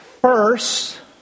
first